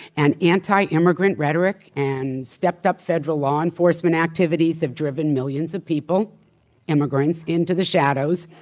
and anti-immigrant rhetoric and stepped-up federal law enforcement activities have driven millions of people immigrants into the shadows.